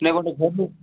ନାଇଁ ଗୋଟେ